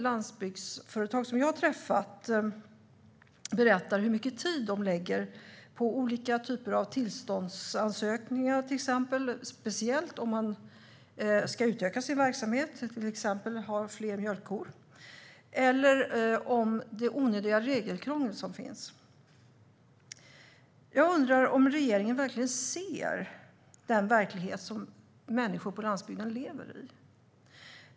Landsbygdsföretag som jag har träffat berättar om hur mycket tid de lägger på olika typer av tillståndsansökningar, speciellt om man ska utöka sin verksamhet och till exempel ha fler mjölkkor, och om det onödiga regelkrångel som finns. Jag undrar om regeringen verkligen ser den verklighet som människor på landsbygden lever i.